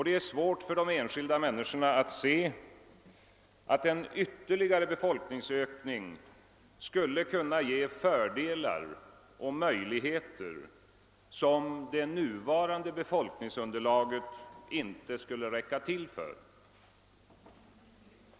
Det är svårt för de enskilda människorna att se, att en ytterligare befolkningsökning «skulle kunna ge fördelar och möjligheter, som det nuvarande befolkningsunderlaget inte skulle räcka till för.